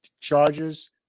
charges